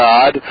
God